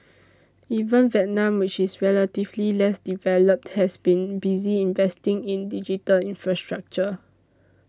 even Vietnam which is relatively less developed has been busy investing in digital infrastructure